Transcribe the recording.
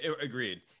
agreed